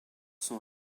sont